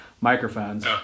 microphones